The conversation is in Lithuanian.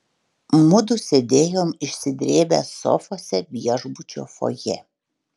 mudu sėdėjom išsidrėbę sofose viešbučio fojė